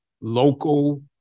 local